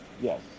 Yes